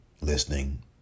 listening